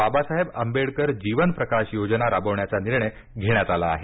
बाबासाहेब आंबेडकर जीवन प्रकाश योजना राबविण्याचा निर्णय घेण्यात आला आहे